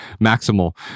Maximal